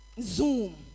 zoom